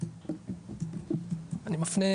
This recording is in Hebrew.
אני מפנה